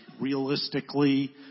Realistically